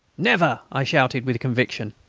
never! i shouted, with conviction.